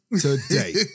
today